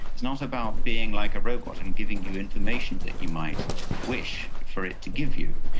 it's not about being like a robot and giving you information that you might wish for it to give you,